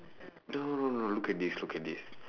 no no no look at this look at this